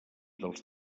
dels